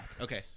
Okay